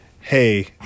hey